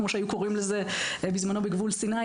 כמו שהיו קוראים לזה בזמנו בגבול סיני